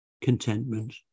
contentment